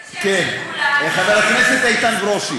חבר הכנסת איתן ברושי,